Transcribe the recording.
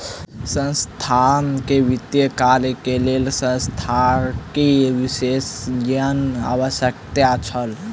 संस्थान के वित्तीय कार्य के लेल सांख्यिकी विशेषज्ञक आवश्यकता छल